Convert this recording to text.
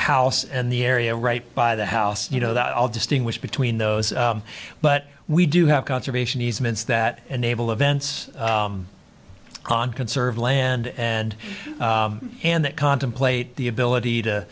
house and the area right by the house you know that i'll distinguish between those but we do have conservation easements that enable events on conserve land and and that contemplate the ability